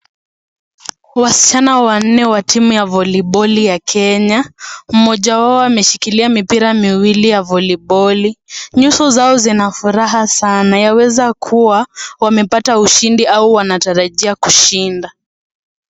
Wasichana wanne wa timu ya voliboli ya Kenya, mmoja wao ameshikilia mipira miwili ya voliboli nyuso zao zina furaha sana. Yaweza kuwa wamepata ushindi au wanatarajia kushida.